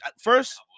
first –